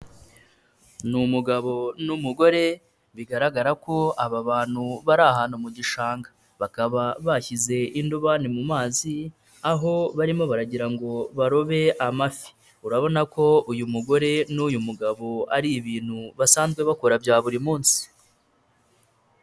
Ni umugabo n'umugore bigaragara ko aba bantu bari ahantu mu gishanga, bakaba bashyize indubani mu mazi aho barimo baragira ngo barobe amafi, urabona ko uyu mugore n'uyu mugabo ari ibintu basanzwe bakora bya buri munsi.